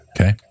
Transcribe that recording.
Okay